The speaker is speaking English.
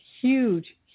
huge